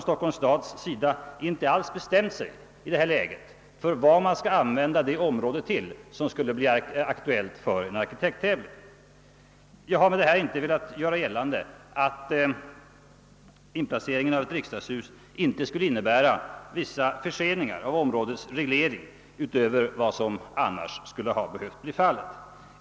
Stockholms stad har i dag inte alls bestämt sig för vad det område skall användas till som skulle bli aktuellt för en arkitekttävling. Jag har med detta inte velat göra gällande att inplaceringen av ett riksdagshus inte skulle kunna innebära vissa förseningar av områdets reglering utöver vad som annars skulle ha behövt bli fallet.